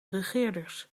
regeerders